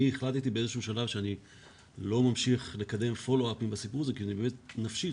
אני החלטתי באיזשהו שלב שאני לא ממשיך לקדם פולו-אפ בסיפור הזה כי נפשית